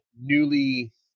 newly